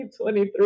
2023